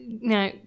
Now